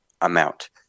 amount